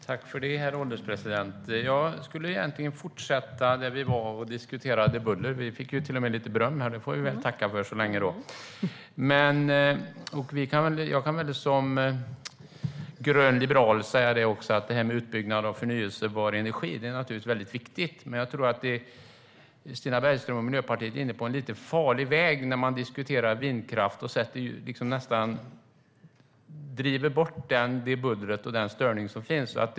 Herr ålderspresident! Jag skulle egentligen fortsätta med att diskutera buller. Vi fick ju till och med lite beröm, och det får jag väl tacka för. Som grön liberal kan jag också säga att detta med utbyggnad av förnybar energi är väldigt viktigt. Jag tror dock att Stina Bergström och Miljöpartiet är inne på en lite farlig väg när man diskuterar vindkraft och bortser från det buller och den störning som finns.